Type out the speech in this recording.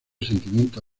sentimiento